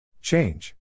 Change